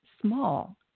small